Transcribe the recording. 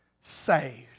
saved